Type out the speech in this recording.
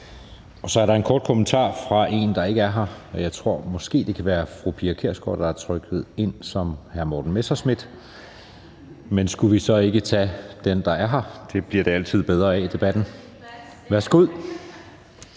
Så er der en kort bemærkning fra en, der ikke er her, og jeg tror måske, det kan være fru Pia Kjærsgaard, der er trykket ind som hr. Morten Messerschmidt. Men skulle vi så ikke tage den, der er her? Det bliver debatten altid bedre af. Værsgo.